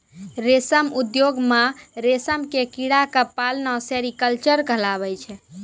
रेशम उद्योग मॅ रेशम के कीड़ा क पालना सेरीकल्चर कहलाबै छै